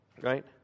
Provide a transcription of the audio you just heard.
right